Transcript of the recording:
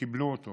שקיבלו אותו.